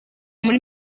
muri